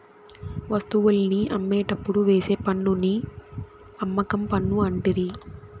వస్తువుల్ని అమ్మేటప్పుడు వేసే పన్నుని అమ్మకం పన్ను అంటిరి